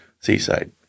seaside